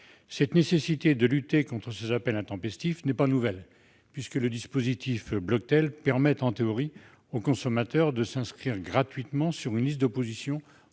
La nécessité de lutter contre ces appels intempestifs n'est pas nouvelle. Le dispositif Bloctel permet en théorie au consommateur de s'inscrire gratuitement sur une liste d'opposition au